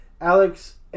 Alex